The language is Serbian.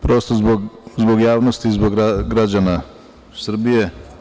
Prosto, zbog javnosti i zbog građana Srbije.